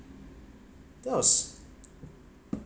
does